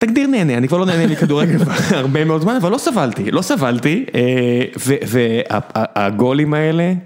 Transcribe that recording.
תגדיר נהנה, אני כבר לא נהנה מכדורגל כבר הרבה מאוד זמן, אבל לא סבלתי, לא סבלתי. אהה... והגולים האלה...